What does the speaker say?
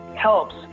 helps